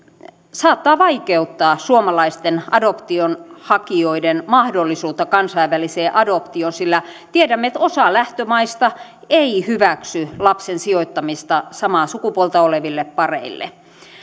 saattaa vaikeuttaa suomalaisten adoption hakijoiden mahdollisuutta kansainväliseen adoptioon sillä tiedämme että osa lähtömaista ei hyväksy lapsen sijoittamista samaa sukupuolta oleville pareille